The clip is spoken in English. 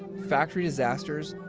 factory disasters,